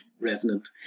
Revenant